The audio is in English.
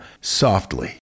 softly